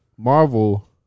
Marvel